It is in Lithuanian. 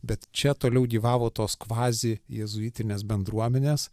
bet čia toliau gyvavo tos kvazi jėzuitinės bendruomenės